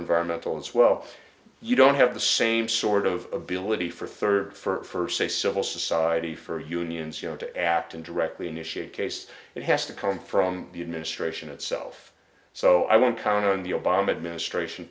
environmental as well you don't have the same sort of ability for third for say civil society for unions you know to act and directly initiate case it has to come from the administration itself so i won't count on the obama administration